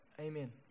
Amen